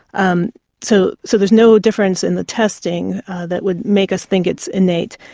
um so so there's no difference in the testing that would make us think it's innate.